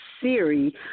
Siri